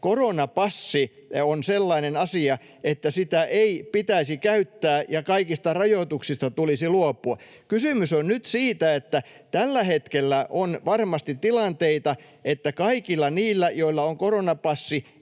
koronapassi on sellainen asia, että sitä ei pitäisi käyttää, ja että kaikista rajoituksista tulisi luopua. Kysymys on nyt siitä, että tällä hetkellä on varmasti tilanteita, että kaikilla niillä, joilla on koronapassi,